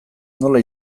nola